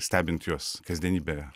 stebint juos kasdienybėje